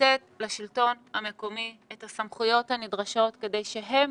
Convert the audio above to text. לתת לשלטון המקומי את הסמכויות הנדרשות כדי שהם